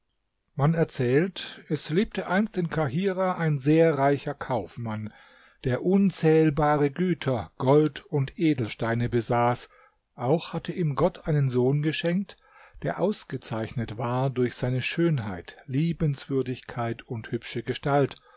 man erzählt es lebte einst in kahirah ein sehr reicher kaufmann der unzählbare güter gold und edelsteine besaß auch hatte ihm gott einen sohn geschenkt der ausgezeichnet war durch seine schönheit liebenswürdigkeit und hübsche gestalt